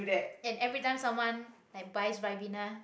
and every time someone like buys ribena